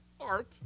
art